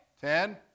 Ten